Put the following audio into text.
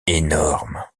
énorme